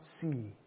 see